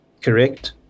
Correct